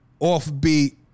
offbeat